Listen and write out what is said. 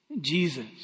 Jesus